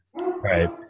right